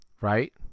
right